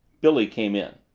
billy came in.